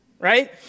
Right